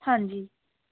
ਹਾਂਜੀ